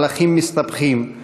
מהלכים מסתבכים,